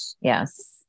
yes